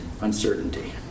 uncertainty